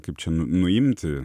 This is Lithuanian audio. kaip čia nuimti